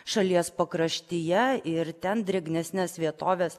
šalies pakraštyje ir ten drėgnesnes vietoves